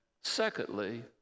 Secondly